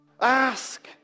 Ask